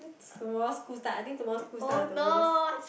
tomorrow school start I think tomorrow school start is the worst